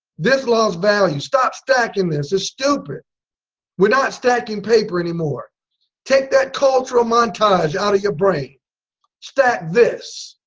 this lost value stop stacking this it's stupid we're not stacking paper anymore take that cultural montage out of your brain stack this